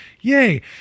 Yay